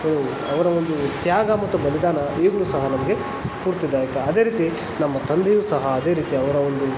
ಅವರ ಒಂದು ತ್ಯಾಗ ಮತ್ತು ಬಲಿದಾನ ಈಗಲೂ ಸಹ ನಮಗೆ ಸ್ಪೂರ್ತಿದಾಯಕ ಅದೇ ರೀತಿ ನಮ್ಮ ತಂದೆಯು ಸಹ ಅದೇ ರೀತಿ ಅವರ ಒಂದು